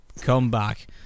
comeback